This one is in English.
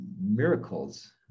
miracles